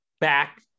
back